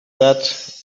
that